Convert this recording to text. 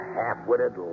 half-witted